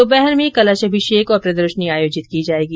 दोपहर में कलश अभिषेक और प्रदर्शनी आयोजित की जायेगी